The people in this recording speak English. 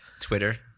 twitter